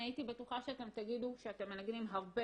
אני הייתי בטוחה שאתם תגידו שאתם מנגנים הרבה